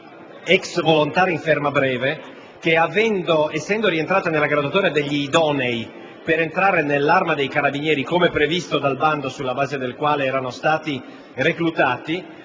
ex volontari in ferma breve che, essendo rientrati nella graduatoria degli idonei per entrare nell'Arma dei carabinieri, come previsto dal bando sulla base del quale erano stati reclutati,